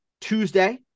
Tuesday